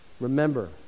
remember